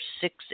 six